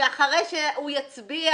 שאחרי שהוא יצביע,